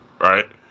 right